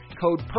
code